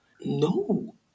No